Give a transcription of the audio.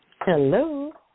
Hello